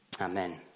Amen